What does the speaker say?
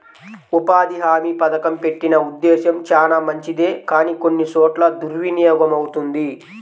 ఉపాధి హామీ పథకం పెట్టిన ఉద్దేశం చానా మంచిదే కానీ కొన్ని చోట్ల దుర్వినియోగమవుతుంది